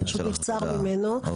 פשוט נבצר ממנו להשתתף כאן.